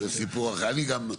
אני גם,